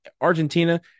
Argentina